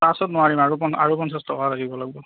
পাঁচশত নোৱাৰিম আৰু প আৰু পঞ্চাছ টকা এটা দিব লাগিব